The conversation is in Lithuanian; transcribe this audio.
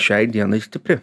šiai dienai stipri